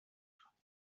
خوانید